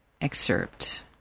excerpt